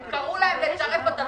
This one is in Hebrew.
הם קראו לצרף אותם.